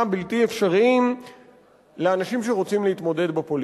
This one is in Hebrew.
בלתי אפשריים לאנשים שרוצים להתמודד בפוליטיקה.